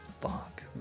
fuck